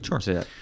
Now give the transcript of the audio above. Sure